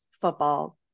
football